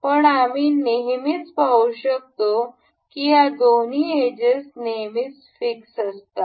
पण आम्ही नेहमीच पाहू शकतो या की या दोन्ही एजेस नेहमीच फिक्स असतात